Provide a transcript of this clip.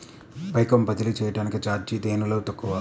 పైకం బదిలీ చెయ్యటానికి చార్జీ దేనిలో తక్కువ?